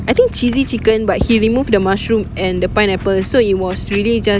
I think cheesy chicken but he removed the mushroom and the pineapple so it was really just